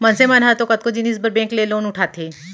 मनसे मन ह तो कतको जिनिस बर बेंक ले लोन उठाथे